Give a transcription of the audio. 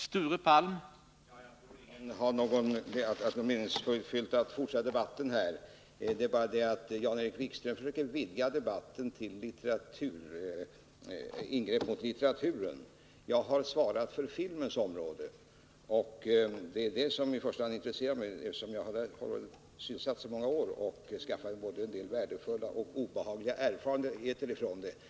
Herr talman! Jag tror inte att det är meningsfullt att fortsätta debatten här. Jan-Erik Wikström försöker utvidga debatten till ingrepp mot litteraturen. Jag har svarat för filmens område. Det är det som i första hand intresserar mig, eftersom jag har varit sysselsatt med film i så många år och skaffat mig både värdefulla och obehagliga erfarenheter från det området.